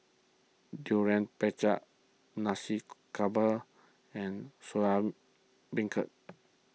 Durian Pengat Nasi Campur and Soya Beancurd